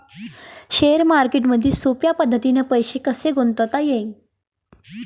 Share मार्केटमधी सोप्या पद्धतीने पैसे कसे गुंतवता येईन?